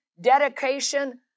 dedication